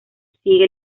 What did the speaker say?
sigue